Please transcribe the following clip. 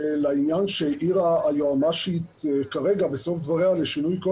לעניין שהעירה היועמ"שית בדבריה לשינוי כל